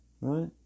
Right